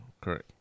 correct